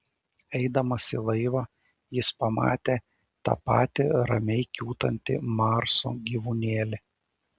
eidamas į laivą jis pamatė tą patį ramiai kiūtantį marso gyvūnėlį